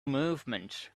movement